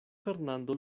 fernando